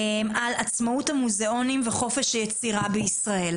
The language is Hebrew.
על עצמאות המוזיאונים וחופש היצירה בישראל.